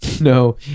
no